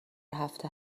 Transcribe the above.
هفته